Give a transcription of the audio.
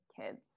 kids